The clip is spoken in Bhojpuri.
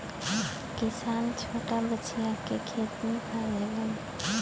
किसान छोटा बछिया के खेत में पाललन